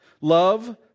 Love